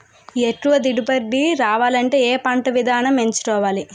ఎక్కువ దిగుబడి రావాలంటే ఏ పంట విధానం ఎంచుకోవాలి?